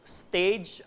stage